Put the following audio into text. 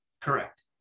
Correct